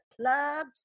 clubs